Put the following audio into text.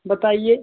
बताइए